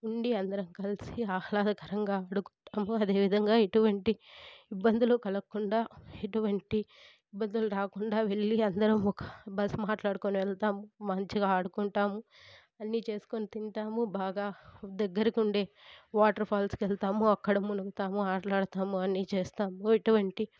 ఉండి అందరం కలిసి ఆహ్లాదకరంగా ఆడుకుంటాము అదేవిధంగా ఎటువంటి ఇబ్బందులు కలగకుండా ఎటువంటి ఇబ్బందులు రాకుండా వెళ్ళి అందరం ఒక బస్సు మాట్లాడుకుని వెళ్తాము మంచిగా ఆడుకుంటాము అన్నీ చేసుకొని తింటాము బాగా దగ్గరకు ఉండే వాటర్ ఫాల్స్కి వెళ్తాము అక్కడ మునుగుతాము ఆడుతాము అన్ని చేస్తాము ఎటువంటి